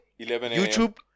youtube